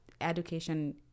education